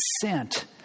sent